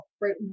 right